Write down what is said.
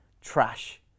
trash